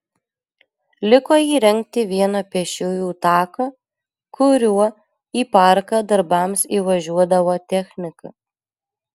liko įrengti vieną pėsčiųjų taką kuriuo į parką darbams įvažiuodavo technika